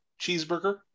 cheeseburger